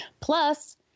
plus